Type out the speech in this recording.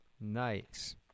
Nice